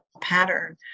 pattern